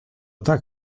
tak